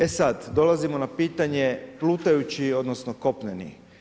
E sada, dolazimo na pitanje plutajući odnosno kopneni.